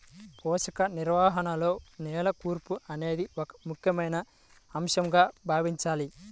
పోషక నిర్వహణలో నేల కూర్పు అనేది ఒక ముఖ్యమైన అంశంగా భావించాలి